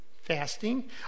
fasting